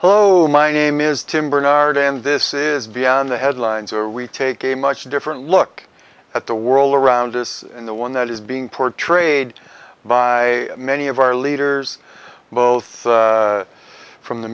hello my name is tim bernard and this is beyond the headlines are we take a much different look at the world around us and the one that is being portrayed by many of our leaders both from the